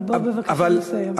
אבל בוא בבקשה נסיים.